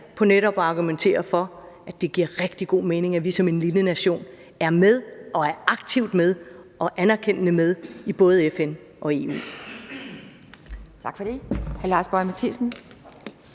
på netop at argumentere for, at det giver rigtig god mening, at vi som en lille nation er med og er aktivt og anerkendende med i både FN og EU.